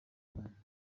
cyane